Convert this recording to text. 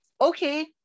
okay